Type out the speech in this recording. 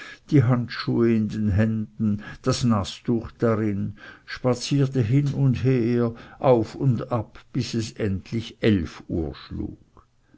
die handschuhe an den händen das nastuch darin spazierte hin und her auf und ab bis es endlich eilf uhr schlug